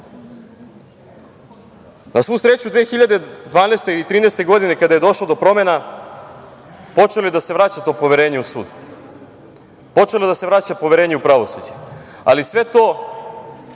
svu sreću, 2012. ili 2013. godine, kada je došlo do promena, počelo je da se vraća to poverenje u sud, počelo je da se vraća poverenje u pravosuđe, ali sve to